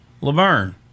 Laverne